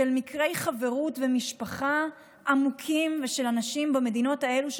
של מקרי חברות עמוקים בין משפחות במדינות האלה,